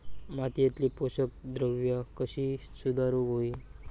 मातीयेतली पोषकद्रव्या कशी सुधारुक होई?